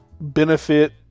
benefit